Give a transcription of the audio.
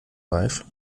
reif